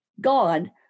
God